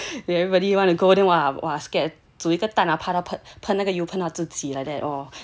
everybody want to go there then !wah! scared 煮一个蛋怕那个油喷到自己 like that orh